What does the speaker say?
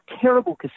terrible